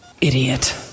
Idiot